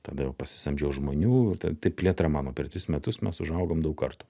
tada jau pasisamdžiau žmonių ir ta taip plėtra mano per tris metus mes užaugom daug kartų